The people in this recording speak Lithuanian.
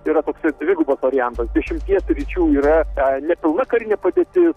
yra toksai dvigubas variantas dešimtyje sričių yra e nepilna karinė padėtis